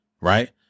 Right